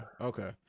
okay